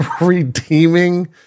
redeeming